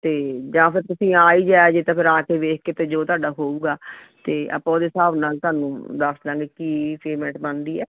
ਅਤੇ ਜਾਂ ਫਿਰ ਤੁਸੀਂ ਆ ਹੀ ਜਾਇਆ ਜੇ ਅਤੇ ਫਿਰ ਆ ਕੇ ਵੇਖ ਕੇ ਅਤੇ ਜੋ ਤੁਹਾਡਾ ਹੋਵੇਗਾ ਅਤੇ ਆਪਾਂ ਉਹਦੇ ਹਿਸਾਬ ਨਾਲ ਤੁਹਾਨੂੰ ਦੱਸ ਦੇਵਾਂਗੇ ਕੀ ਪੇਮੈਂਟ ਬਣਦੀ ਹੈ